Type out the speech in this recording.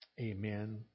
Amen